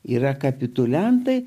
yra kapituliantai